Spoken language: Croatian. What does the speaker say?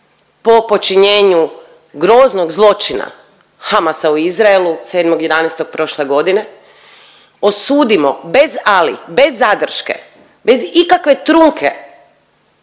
po počinjenju groznog zločina Hamasa u Izraelu 7.11. prošle godine osudimo bez ali, bez zadrške, bez ikakve trunke